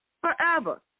forever